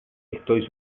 estoy